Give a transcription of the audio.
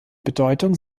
bedeutung